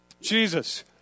Jesus